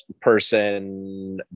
person